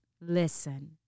Listen